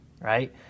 right